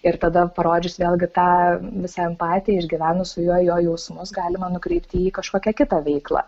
ir tada parodžius vėlgi tą visą empatiją išgyvenus su juo jo jausmus galima nukreipti į kažkokią kitą veiklą